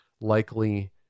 likely